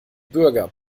bürger